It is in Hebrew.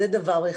זה דבר אחד.